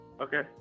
Okay